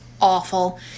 awful